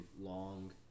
long